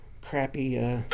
crappy